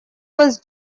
was